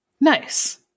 Nice